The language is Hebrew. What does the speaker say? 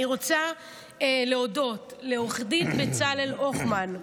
אני רוצה להודות לעו"ד בצלאל הוכמן,